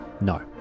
No